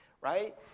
Right